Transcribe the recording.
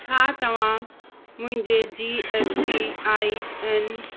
छा तव्हां मुंहिंजे G S S T I N